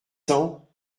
cents